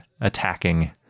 attacking